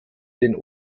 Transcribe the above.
den